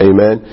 Amen